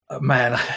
man